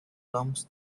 comes